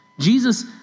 Jesus